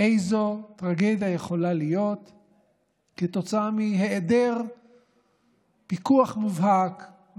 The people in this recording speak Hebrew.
איזו טרגדיה יכולה להיות כתוצאה מהיעדר פיקוח מובהק,